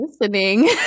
listening